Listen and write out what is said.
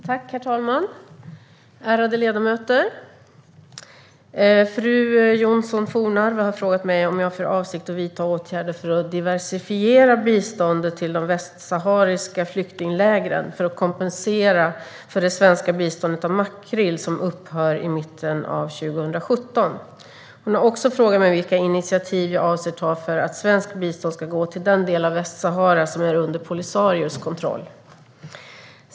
Svar på interpellationer Herr talman! Ärade ledamöter! Fru Johnsson Fornarve har frågat mig om jag har för avsikt att vidta åtgärder för att diversifiera biståndet till de västsahariska flyktinglägren för att kompensera för det svenska biståndet av makrill, som upphör i mitten av 2017. Hon har också frågat mig vilka initiativ jag avser att ta för att svenskt bistånd ska gå till den del av Västsahara som är under Polisarios kontroll.